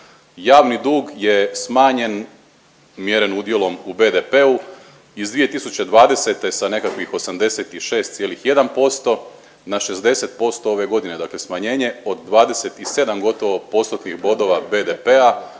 Javni dug je smanjen, mjeren udjelom u BDP-u iz 2020. sa nekakvih 86,1% na 60% ove godine. Dakle, smanjenje od 27 gotovo postotnih bodova BDP-a